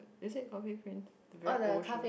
you said coffee prince very old show